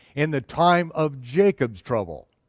in the time of jacob's trouble.